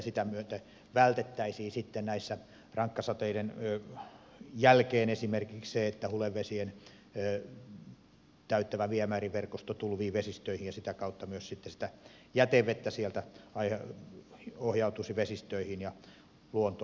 sitä myöten vältettäisiin sitten näiden rankkasateiden jälkeen esimerkiksi se ettei hulevesien täyttämä viemäriverkosto tulvi vesistöihin ja sitä kautta myös sitten jätevettä sieltä ohjaudu vesistöihin ja luontoon